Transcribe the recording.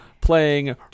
playing